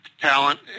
talent